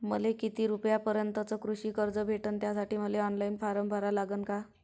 मले किती रूपयापर्यंतचं कृषी कर्ज भेटन, त्यासाठी मले ऑनलाईन फारम भरा लागन का?